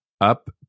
up